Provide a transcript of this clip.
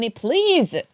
please